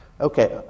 Okay